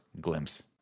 glimpse